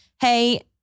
hey